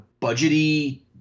budgety